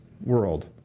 world